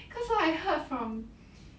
cause hor I heard from